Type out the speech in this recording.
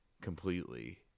completely